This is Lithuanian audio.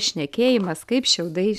šnekėjimas kaip šiaudai